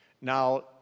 Now